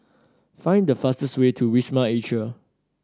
find the fastest way to Wisma Atria